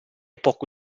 poco